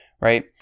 right